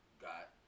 got